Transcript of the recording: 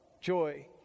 joy